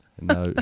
No